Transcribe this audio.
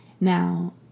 Now